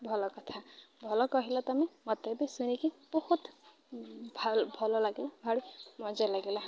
ଭଲ କଥା ଭଲ କହିଲ ତୁମେ ମୋତେ ବି ଶୁଣିକି ବହୁତ ଭଲ ଭଲ ଲାଗିଲା ଭାରି ମଜା ଲାଗିଲା